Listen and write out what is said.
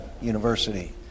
University